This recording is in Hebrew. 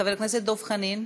חבר הכנסת דב חנין.